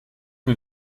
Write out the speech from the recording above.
que